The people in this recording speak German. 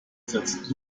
setzt